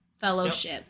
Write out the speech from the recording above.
fellowship